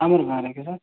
ଆମର ଗାଁରେ କି ସାର୍